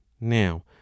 now